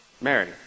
Mary